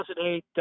2008